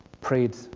prayed